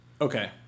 Okay